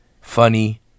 funny